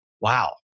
wow